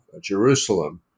Jerusalem